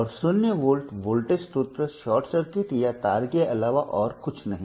और शून्य volt voltage स्रोत शॉर्ट सर्किट या तार के अलावा और कुछ नहीं